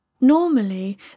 Normally